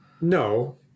no